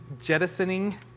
jettisoning